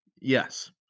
Yes